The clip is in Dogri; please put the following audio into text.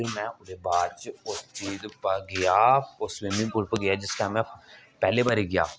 फिर में ओहदे बाद च उस चीज उप्पर गया ओह् स्बिमिंग पूल उप्पर गेआ जिस च में पैहली बारी गेआ